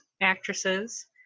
actresses